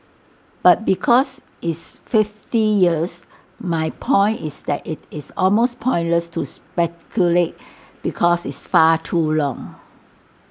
but because it's fifty years my point is that IT is almost pointless to speculate because it's far too long